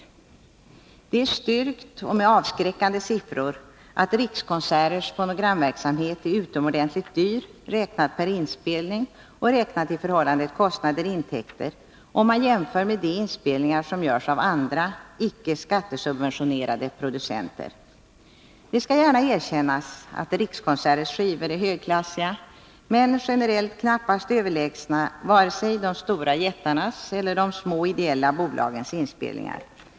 5; Det är styrkt — med avskräckande siffror — att Rikskonserters fonogramverksamhet är utomordentligt dyr räknat per inspelning och räknat i förhållandet kostnader-intäkter, om man jämför med de inspelningar som görs av andra, icke skattesubventionerade, producenter. Det skall gärna erkännas att Rikskonserters skivor är högklassiga, men generellt är de knappast överlägsna vare sig de stora jättarnas eller de små ideella bolagens inspelningar.